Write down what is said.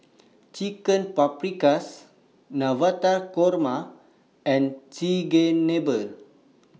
Chicken Paprikas Navratan Korma and Chigenabe